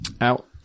out